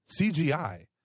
CGI